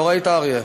לא ראית, אריה?